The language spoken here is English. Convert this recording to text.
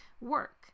work